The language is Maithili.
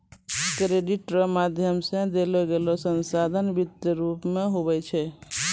क्रेडिट रो माध्यम से देलोगेलो संसाधन वित्तीय रूप मे हुवै छै